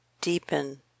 deepen